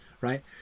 right